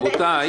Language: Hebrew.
רבותיי.